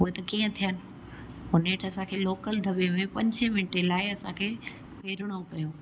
उए त कीअं थियन पो नेठ असांखे लोकल दॿे में पंज मिंटे लाइ असांखे फेरिणो पयो